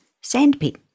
Sandpit